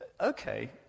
okay